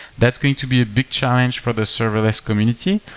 that's going to be a big challenge for the serverless community.